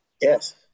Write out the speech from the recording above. Yes